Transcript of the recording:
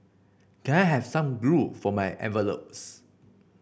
can I have some glue for my envelopes